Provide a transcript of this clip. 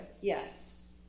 yes